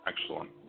Excellent